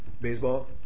Baseball